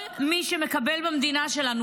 כל מי שמקבל במדינה שלנו,